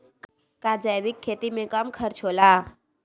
का जैविक खेती में कम खर्च होला?